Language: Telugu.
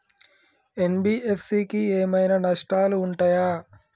ఎన్.బి.ఎఫ్.సి ఏమైనా నష్టాలు ఉంటయా?